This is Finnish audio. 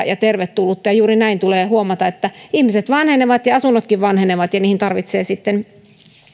ja tervetulleita juuri näin tulee huomata että ihmiset vanhenevat ja asunnotkin vanhenevat ja niihin tarvitsee sitten